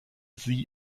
sie